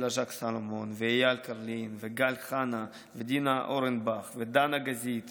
אלה ז'ק סלומון ואייל קרלין וגל חנה ודינה אורנבך ודנה גזית,